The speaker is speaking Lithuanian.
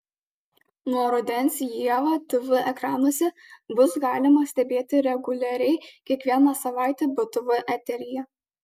nuo rudens ievą tv ekranuose bus galima stebėti reguliariai kiekvieną savaitę btv eteryje